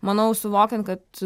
manau suvokiant kad